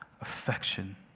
affection